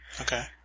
Okay